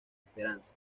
esperanza